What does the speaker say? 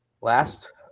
Last